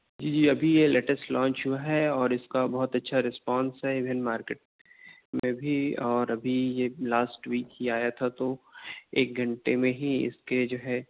جی جی ابھی یہ لیٹسٹ لانچ ہوا ہے اور اس کا بہت اچھا رسپانس ہے ایوین مارکیٹ میں بھی اور ابھی یہ لاسٹ ویک ہی آیا تھا تو ایک گھنٹے میں ہی اس کے جو ہے